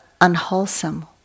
unwholesome